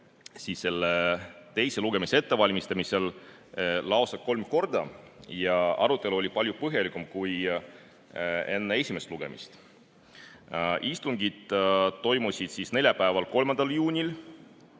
kogunes teise lugemise ettevalmistamisel lausa kolm korda ja arutelu oli palju põhjalikum kui enne esimest lugemist. Istungid toimusid neljapäeval, 3. juunil